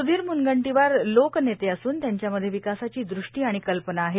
स्धीर म्नगंटीवार लोकनेते असून त्यांच्यामध्ये विकासाची ृष्टी आणि कल्पना आहे